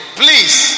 please